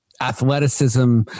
athleticism